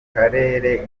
akarere